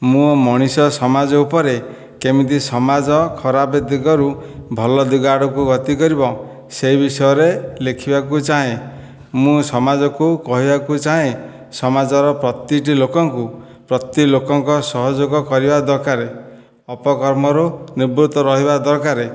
ମୁଁ ମଣିଷ ସମାଜ ଉପରେ କେମିତି ସମାଜ ଖରାପ ଦିଗରୁ ଭଲ ଦିଗ ଆଡ଼କୁ ଗତି କରିବ ସେଇ ବିଷୟରେ ଲେଖିବାକୁ ଚାହେଁ ମୁଁ ସମାଜକୁ କହିବାକୁ ଚାହେଁ ସମାଜର ପ୍ରତିଟି ଲୋକଙ୍କୁ ପ୍ରତି ଲୋକଙ୍କ ସହଯୋଗ କରିବା ଦରକାର ଅପକ୍ରମରୁ ନିର୍ବୁକ୍ତ ରହିବା ଦରକାର